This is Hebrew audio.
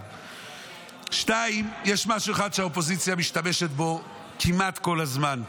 1. 2. יש משהו אחד שהאופוזיציה משתמשת בו כמעט כל הזמן,